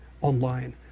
online